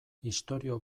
istorio